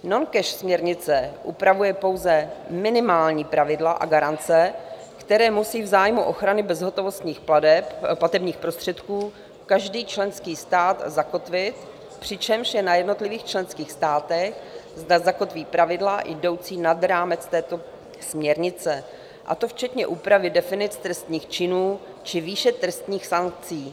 Noncash směrnice upravuje pouze minimální pravidla a garance, které musí v zájmu ochrany bezhotovostních platebních prostředků každý členský stát zakotvit, přičemž je na jednotlivých členských státech, zda zakotví pravidla jdoucí nad rámec této směrnice, a to včetně úpravy definic trestných činů či výše trestních sankcí.